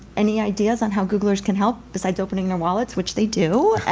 any ideas on how googlers can help, besides opening their wallets, which they do.